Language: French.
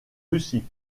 russie